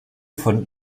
von